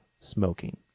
Smoking